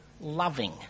loving